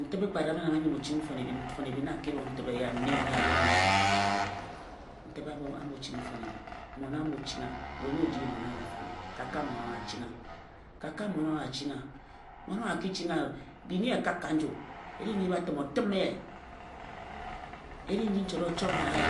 Ntibhe kpe a rabhe nan a bho chinghi mfone ebhin mfone ebhin na a ki nen ntibhe eye a bhong nyi. Ntibhe a mo chinghi m fone ebhin mmon a mo chingi-wa, we na o ji mmon anyo afo ka kam mmon owa a ching wa. Ka kam mmon owa a achingha. Mmon owa a ki ching wa bing ye kak ka nju; e ri nji batim o tim ye. E ri nji nchot o chot na ye.